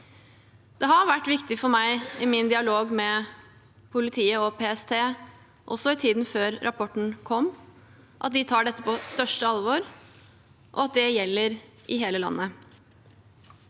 Det har vært viktig for meg i min dialog med politiet og PST, også i tiden før rapporten kom, at de tar dette på største alvor, og at det gjelder i hele landet.